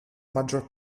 maggior